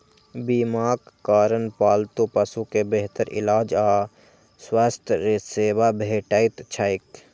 बीमाक कारण पालतू पशु कें बेहतर इलाज आ स्वास्थ्य सेवा भेटैत छैक